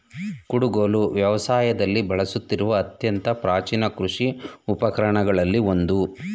ಕುಡುಗೋಲು ವ್ಯವಸಾಯದಲ್ಲಿ ಬಳಸುತ್ತಿರುವ ಅತ್ಯಂತ ಪ್ರಾಚೀನ ಕೃಷಿ ಉಪಕರಣಗಳಲ್ಲಿ ಒಂದು